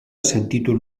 sentitu